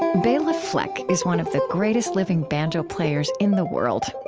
bela fleck is one of the greatest living banjo players in the world.